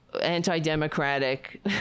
anti-Democratic